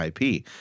ip